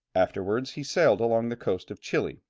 afterwards he sailed along the coast of chili,